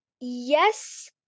Yes